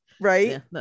Right